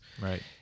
Right